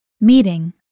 Meeting